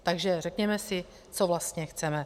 Takže si řekněme, co vlastně chceme.